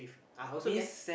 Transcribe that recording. ah also can